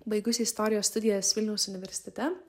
baigusi istorijos studijas vilniaus universitete